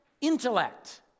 intellect